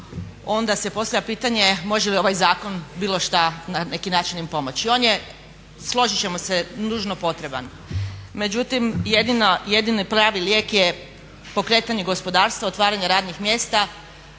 onda se postavlja pitanje može li ovaj zakon na neki način im pomoći. On je složit ćemo se nužno potreban. Međutim, jedini pravi lijek pokretanje gospodarstva, otvaranje radnih mjesta